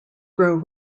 grow